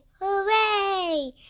Hooray